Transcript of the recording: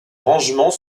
rangement